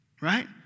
right